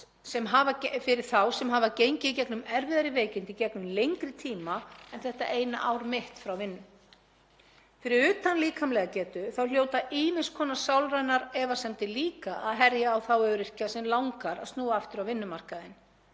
sem hafa gengið í gegnum erfiðari veikindi gegnum lengri tíma en þetta eina ár mitt frá vinnu. Fyrir utan líkamlega getu hljóta ýmiss konar sálrænar efasemdir líka að herja á þá öryrkja sem langar að snúa aftur á vinnumarkaðinn.